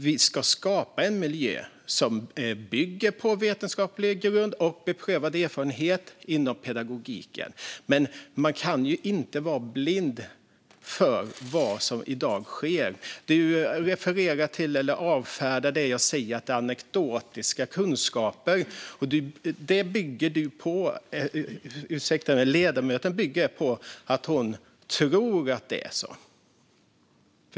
Vi ska skapa en miljö som bygger på vetenskap och beprövad erfarenhet inom pedagogiken. Men man kan inte vara blind för vad som i dag sker. Ledamoten avfärdar det jag säger och kallar det för anekdotiska kunskaper. Ledamoten bygger det på att hon tror att det är så.